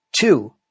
two